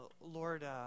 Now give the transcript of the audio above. Lord